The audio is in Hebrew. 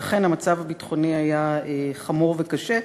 ואכן המצב הביטחוני היה חמור וקשה.